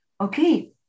okay